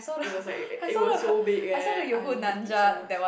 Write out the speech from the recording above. it was like it was so big eh I loved it so much